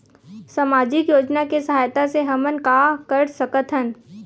सामजिक योजना के सहायता से हमन का का कर सकत हन?